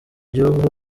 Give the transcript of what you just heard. gihugu